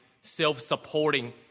self-supporting